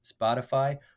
spotify